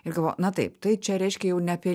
ir na taip tai čia reiškia jau ne apie